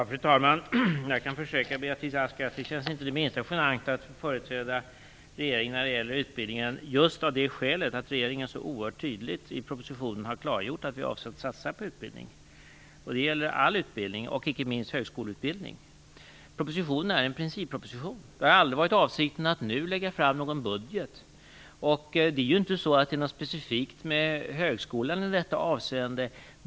Fru talman! Jag kan försäkra Beatrice Ask att det inte känns det minsta genant att företräda regeringen när det gäller utbildningen, just av det skälet att regeringen så oerhört tydligt i propositionen har klargjort att vi avser att satsa på utbildning. Det gäller all utbildning, inte minst högskoleutbildning. Propositionen är en principproposition. Det har aldrig varit avsikten att nu lägga fram någon budget. Det är inget specifikt med högskolan i detta avseende.